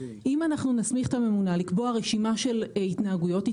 אם נסמיך את הממונה לקבוע רשימה של התנהגויות,